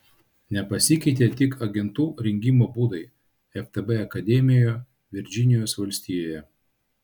nepasikeitė tik agentų rengimo būdai ftb akademijoje virdžinijos valstijoje